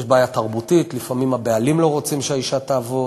יש בעיה תרבותית: לפעמים הבעלים לא רוצים שהאישה תעבוד,